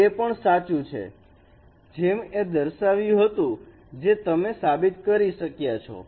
તે પણ સાચું છે જેમ એ દર્શાવ્યું હતું જે તમે સાબિત કરી શક્યા છો